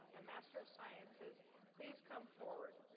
and master of sciences please come forward.